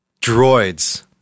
Droids